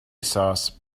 sauce